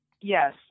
Yes